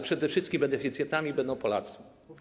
Przede wszystkim beneficjentami będą Polacy.